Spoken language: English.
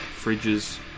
fridges